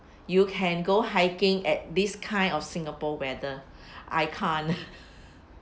you can go hiking at this kind of singapore weather I can't